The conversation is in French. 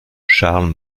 charles